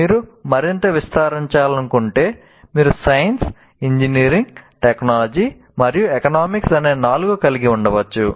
మీరు మరింత విస్తరించాలనుకుంటే మీరు సైన్స్ ఇంజనీరింగ్ టెక్నాలజీ మరియు ఎకనామిక్స్ అనే నాలుగు కలిగి ఉండవచ్చు